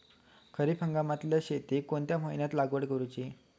खरीप हंगामातल्या शेतीक कोणत्या महिन्यात लागवड करूची?